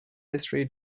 history